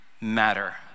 matter